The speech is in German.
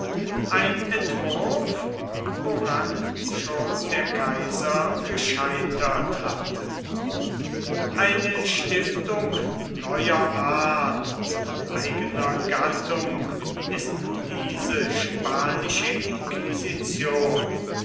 ein entwurf woran schon der kaiser gescheitert hatte eine stiftung neuer art und eigener gattung ist diese spanische inquisition